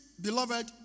beloved